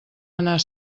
anar